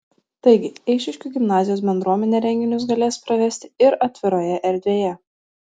taigi eišiškių gimnazijos bendruomenė renginius galės pravesti ir atviroje erdvėje